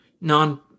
non